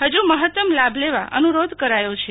હજૂ મહતમ લાભ લેવા અનુરોધ કરાયો છે